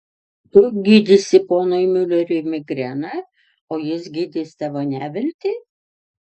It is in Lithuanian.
tu gydysi ponui miuleriui migreną o jis gydys tavo neviltį